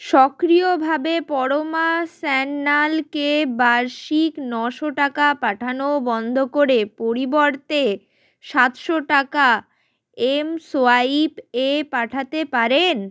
সক্রিয়ভাবে পরমা স্যান্যালকে বার্ষিক নশো টাকা পাঠানো বন্ধ করে পরিবর্তে সাতশো টাকা এমসোয়াইপ এ পাঠাতে পারেন